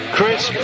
Chris